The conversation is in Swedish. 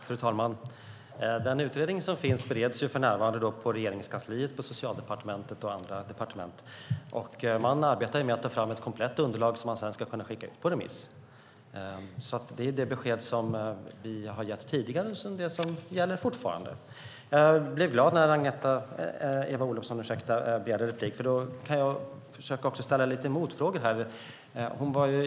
Fru talman! Den utredning som finns bereds för närvarande inom Regeringskansliet, på Socialdepartementet och andra departement. Man arbetar med att ta fram ett komplett underlag som man sedan ska kunna skicka ut på remiss. Det är det besked som vi har gett tidigare och det besked som gäller fortfarande. Jag blev glad när Eva Olofsson begärde replik, för då kan jag ställa lite motfrågor.